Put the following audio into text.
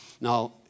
Now